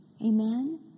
Amen